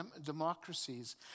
democracies